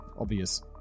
obvious